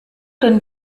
denn